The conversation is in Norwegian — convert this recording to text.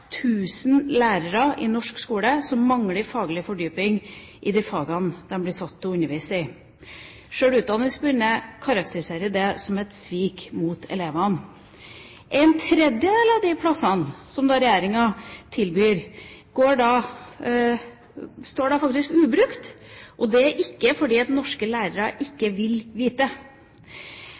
lærere i norsk skole som mangler faglig fordypning i de fagene de blir satt til å undervise i. Sjøl Utdanningsforbundet karakteriserer det som et svik mot elevene. En tredel av de plassene som regjeringa tilbyr, står faktisk ubrukt. Det er ikke fordi norske lærere ikke vil vite.